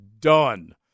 done